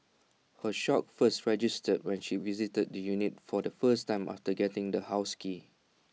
her shock first registered when she visited the unit for the first time after getting the house key